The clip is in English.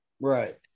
Right